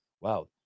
Wow